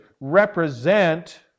represent